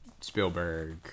Spielberg